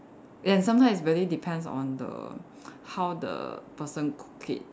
and sometimes it really depends on the how the person cook it